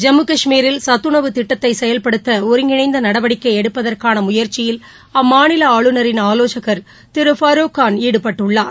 ஜம்மு கஷ்மீரில் சத்துணவுத் திட்டத்தை செயல்படுத்த ஒருங்கிணைந்த நடவடிக்கை எடுப்பதற்கான முயற்சியில் அம்மாநில ஆளுநரின் ஆலோசகர் திரு ஃபாருக்கான் ஈடுபட்டுள்ளார்